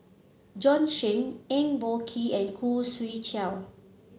Bjorn Shen Eng Boh Kee and Khoo Swee Chiow